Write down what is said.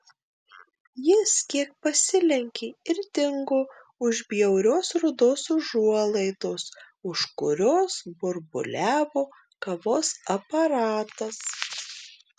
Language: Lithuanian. jis kiek pasilenkė ir dingo už bjaurios rudos užuolaidos už kurios burbuliavo kavos aparatas